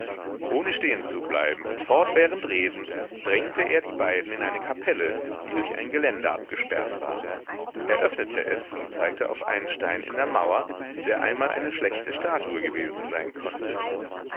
ohne stehen zu bleiben und fortwährend redend drängte er die beiden in eine kapelle die durch ein geländer abgesperrt war er öffnete es und zeigte auf einen stein in der mauer der einmal eine schlechte statue gewesen sein konnte